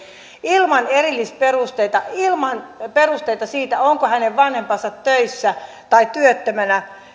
ilman erillisperusteita ilman perusteita siitä onko hänen vanhempansa töissä tai työttömänä